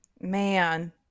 Man